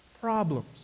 problems